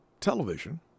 television